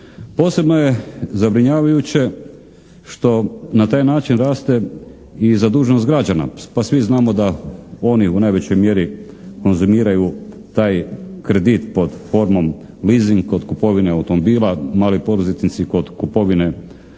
Posebno je zabrinjavajuće što na taj način raste i zaduženost građana pa svi znamo da oni u najvećoj mjeri konzumiraju taj kredit pod formom leasing kod kupovine automobila, mali poduzetnici kod kupovine opreme i